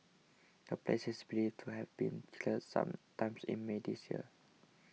the place is believed to have been cleared some time in May this year